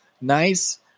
nice